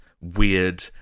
weird